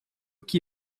que